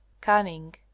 cunning